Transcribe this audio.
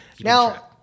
Now